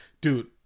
Dude